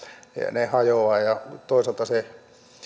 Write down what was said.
ne hajoavat toisaalta se